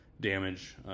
damage